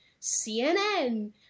CNN